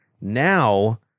Now